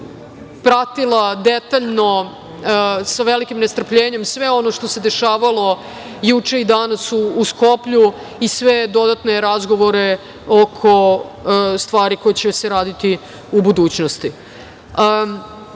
pratila detaljno sa velikim nestrpljenjem sve ono što se dešavalo juče i danas u Skoplju i sve dodatne razgovore oko stvari koje će se raditi u budućnosti. Konačno,